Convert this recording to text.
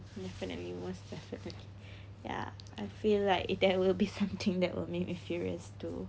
definitely was definitely ya I feel like it there will be something that would make me furious too